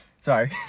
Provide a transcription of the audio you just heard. Sorry